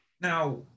now